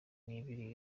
nibiri